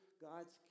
God's